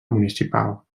municipal